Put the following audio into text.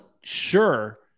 sure